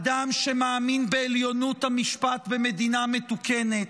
אדם שמאמין בעליונות המשפט במדינה מתוקנת,